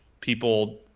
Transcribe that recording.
people